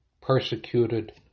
persecuted